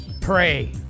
Pray